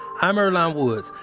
i'm earlonne woods,